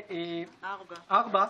כן, כבודו.